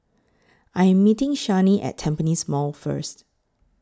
I Am meeting Shani At Tampines Mall First